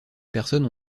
personnes